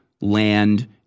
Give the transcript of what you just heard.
land